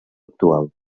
actual